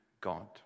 God